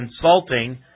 consulting